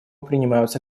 принимаются